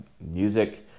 music